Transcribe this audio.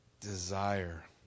desire